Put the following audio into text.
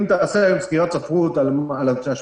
אם תעשה היום סקירת ספרות על ההשפעה